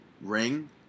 Ring